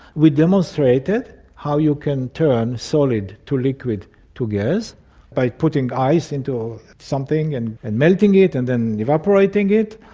we demonstrated how you can turn a solid to liquid to gas by putting ice into something and and melting it and then evaporating it.